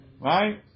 Right